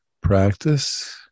practice